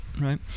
Right